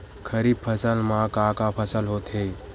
खरीफ फसल मा का का फसल होथे?